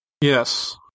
Yes